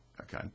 Okay